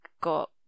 Got